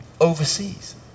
overseas